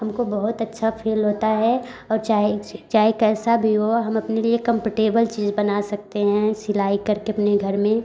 हमको बहुत अच्छा फील होता है और चाहे चाहे कैसा भी हो हम अपने लिए कम्पटेबल चीज बना सकते हैं सिलाई करके अपने घर में